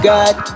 God